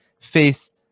face